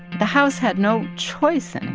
the house had no choice and